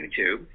YouTube